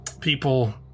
people